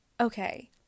Okay